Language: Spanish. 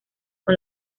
con